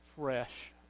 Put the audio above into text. fresh